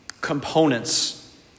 components